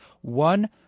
One